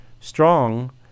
strong